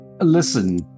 Listen